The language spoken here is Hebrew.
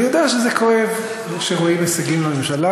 אני יודע שזה כואב כשרואים הישגים של ממשלה,